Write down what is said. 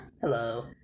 Hello